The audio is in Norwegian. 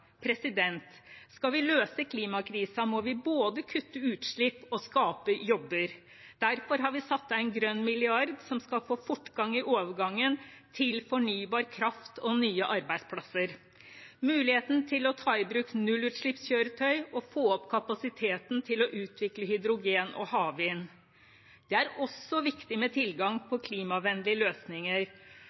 Skal vi løse klimakrisen, må vi både kutte utslipp og skape jobber. Derfor har vi satt av en grønn milliard som skal få fortgang i overgangen til fornybar kraft og nye arbeidsplasser, styrke muligheten til å ta i bruk nullutslippskjøretøy og få opp kapasiteten til å utvikle hydrogen og havvind. Det er også viktig med tilgang på klimavennlige løsninger.